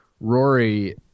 Rory